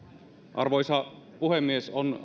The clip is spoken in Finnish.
arvoisa puhemies on